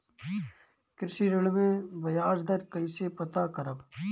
कृषि ऋण में बयाज दर कइसे पता करब?